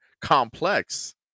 complex